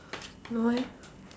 no eh